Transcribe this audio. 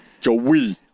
joey